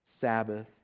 Sabbath